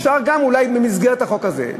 אפשר גם אולי במסגרת החוק הזה,